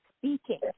speaking